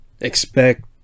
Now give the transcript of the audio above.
expect